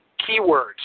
keywords